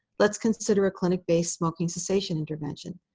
let's consider a clinic-based smoking cessation intervention.